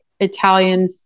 Italian